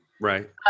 right